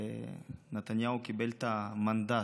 ונתניהו קיבל את המנדט,